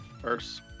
First